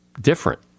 different